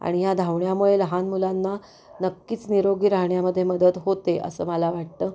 आणि या धावण्यामुळे लहान मुलांना नक्कीच निरोगी राहण्यामध्ये मदत होते असं मला वाटतं